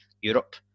Europe